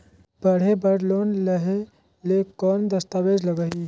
पढ़े बर लोन लहे ले कौन दस्तावेज लगही?